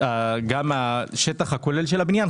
גם השטח הכולל של הבניין,